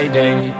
day